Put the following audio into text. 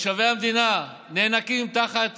תושבי המדינה נאנקים תחת